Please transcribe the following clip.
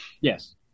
Yes